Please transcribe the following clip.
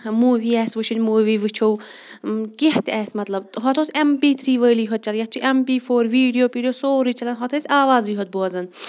movie آسہِ وٕچھٕنۍ movie وٕچھو کینٛہہ تہِ آسہِ مطلب ہۄتھ اوس ایم پی تھری وٲلی ہوت چلان یَتھ چھُ M P four video video سورُے چَلان ہتھ ٲسۍ آوارٕے ہوت بوزان